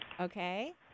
Okay